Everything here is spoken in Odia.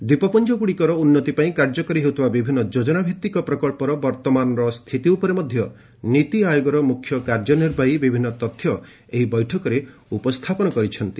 ଦ୍ୱୀପପୁଞ୍ଜଗୁଡ଼ିକର ଉନ୍ନତି ପାଇଁ କାର୍ଯ୍ୟକାରୀ ହେଉଥିବା ବିଭିନ୍ନ ଯୋଜନା ଭିତ୍ତିକ ପ୍ରକଳ୍ପର ବର୍ତ୍ତମାନର ସ୍ଥିତି ଉପରେ ନୀତିଆୟୋଗର ମୁଖ୍ୟ କାର୍ଯ୍ୟ ନିର୍ବାହୀ ବିଭିନ୍ନ ତଥ୍ୟ ଏହି ବୈଠକରେ ଉପସ୍ଥାପନ କରିଛନ୍ତି